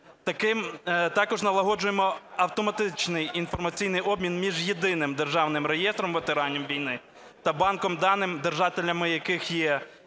Також налагоджуємо автоматичний інформаційний обмін між Єдиним державним реєстром ветеранів війни та банком даним, держателями яких є